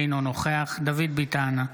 אינו נוכח דוד ביטן,